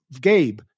Gabe